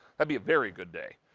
ah be a very good day.